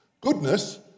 Goodness